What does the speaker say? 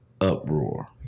uproar